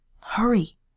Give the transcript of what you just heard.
Hurry